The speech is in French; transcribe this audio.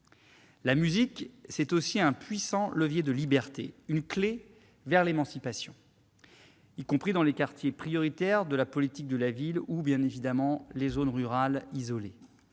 La musique, c'est aussi un puissant levier de liberté, une clé pour l'émancipation, y compris dans les quartiers prioritaires de la politique de la ville ou les zones rurales isolées.